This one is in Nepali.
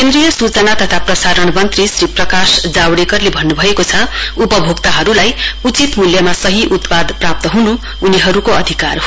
केन्द्रीय सूचना तथा प्रसरण मन्त्री श्री प्रकाश जावडेकरले भन्नुभएको छ उपभोक्ताहरुलाई उचित मूल्यमा सही उत्पाद प्राप्त हुनु उनीहरुको अधिकार हो